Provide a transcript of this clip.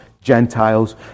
Gentiles